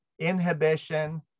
inhibition